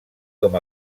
com